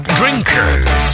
drinkers